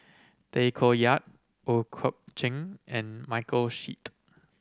Tay Koh Yat Ooi Kok Chuen and Michael Seet